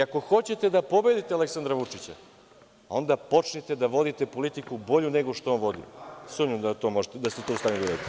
Ako hoćete da pobedite Aleksandra Vučića, onda počnite da vodite politiku bolju nego što on vodi, sumnjam da ste to u stanju da uradite.